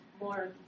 more